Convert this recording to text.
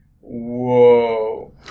whoa